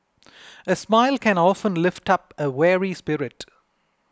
a smile can often lift up a weary spirit